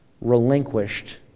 relinquished